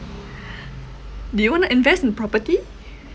do you want to invest in property